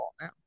now